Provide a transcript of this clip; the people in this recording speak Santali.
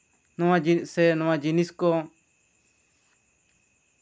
ᱥᱮ ᱱᱚᱶᱟ ᱡᱤᱱᱤᱥ ᱠᱚ